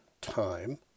time